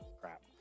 Crap